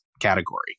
category